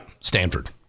Stanford